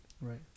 Right